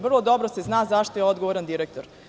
Vrlo dobro se zna za šta je odgovoran direktor.